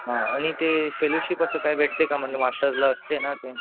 हां आणि ते फेलोशिप असं काय भेटते का म्हणजे मास्टर्सला असते ना ते